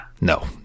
No